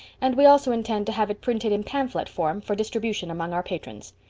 and we also intend to have it printed in pamphlet form for distribution among our patrons.